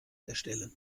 erstellen